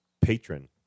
patron